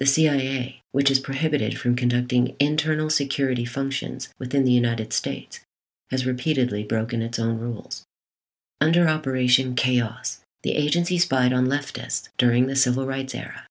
the cia which is prohibited from conducting internal security functions within the united states has repeatedly broken its own rules under operation chaos the agency spied on leftists during the civil rights era